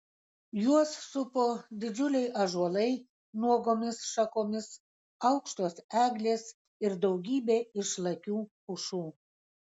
juos supo didžiuliai ąžuolai nuogomis šakomis aukštos eglės ir daugybė išlakių pušų